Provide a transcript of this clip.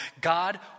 God